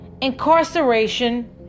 incarceration